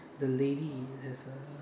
the lady has a